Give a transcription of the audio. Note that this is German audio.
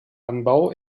anbau